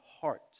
heart